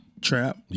Trap